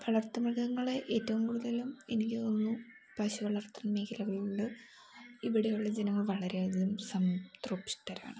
വളർത്തു മൃഗങ്ങളെ ഏറ്റവും കൂട്തലും എനിക്ക് തോന്നുന്നു പശു വളർത്തൽ മേഖലകൾ ഉണ്ട് ഇവിടെയുള്ള ജനങ്ങൾ വളരെയധികം സന്തുഷടരാണ്